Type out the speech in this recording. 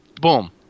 boom